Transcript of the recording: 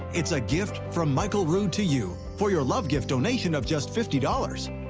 it's a gift from michael rood to you for your love gift donation of just fifty dollars.